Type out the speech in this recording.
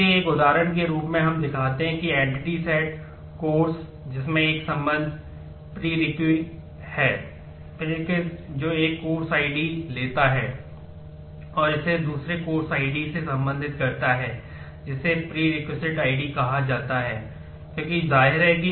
इसलिए एक उदाहरण के रूप में हम दिखाते हैं एंटिटी सेट में ही होनी चाहिए